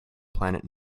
planet